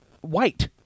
white